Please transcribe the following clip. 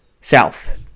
South